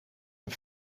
een